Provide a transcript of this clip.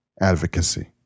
advocacy